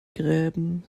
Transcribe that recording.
gräben